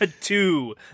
Two